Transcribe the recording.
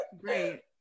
great